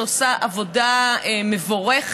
שעושה עבודה מבורכת,